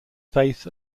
faith